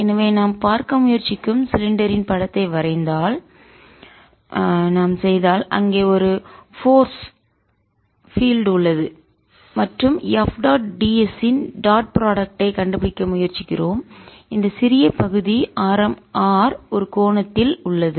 எனவே நாம் பார்க்க முயற்சிக்கும் சிலிண்டரின் படத்தை வரைந்தால் நான் செய்தால் அங்கே ஒரு போர்ஸ் விசை பில்ட் உள்ளது மற்றும் எஃப் டாட் ds ஸ்ஸின் டாட் ப்ராடக்ட் ஐ பெருக்கல் கண்டுபிடிக்க முயற்சிக்கிறோம் இந்த சிறிய பகுதி ஆரம் R ஒரு கோணத்தில் Φ உள்ளது